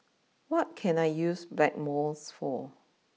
what can I use Blackmores for